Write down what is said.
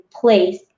place